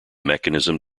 mechanism